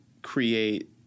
Create